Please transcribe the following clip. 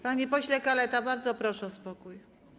Panie pośle Kaleta, bardzo proszę o spokój.